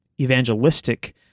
evangelistic